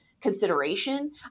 consideration